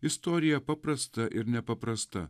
istorija paprasta ir nepaprasta